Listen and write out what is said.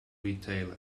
retail